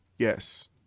Yes